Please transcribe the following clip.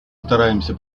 стараемся